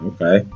Okay